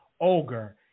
Ogre